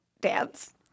dance